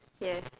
yes